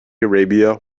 arabia